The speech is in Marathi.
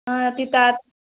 हां तिथं आत